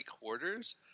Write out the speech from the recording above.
quarters